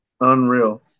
Unreal